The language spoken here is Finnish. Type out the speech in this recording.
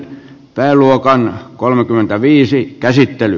pääluokan käsittely